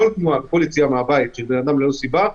כל יציאה מהבית של אדם ללא סיבה,